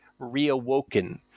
reawoken